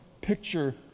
picture